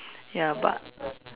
ya but